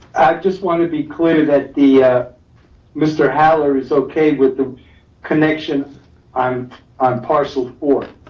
just wanna be clear that the mr. holler is okay with the connection um on parcel four.